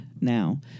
now